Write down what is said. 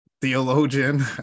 theologian